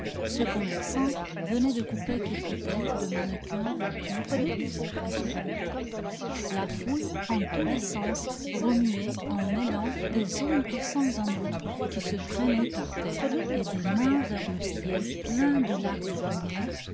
ce commerçant venait de couper quelques têtes de mannequins vêtus comme il faut qu'on se vête la foule en tous les sens remuait en mêlant des ombres sans amour qui se traînaient par terre et des mains vers le ciel plein de lacs de lumière